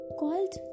called